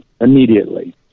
immediately